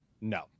No